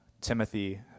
Timothy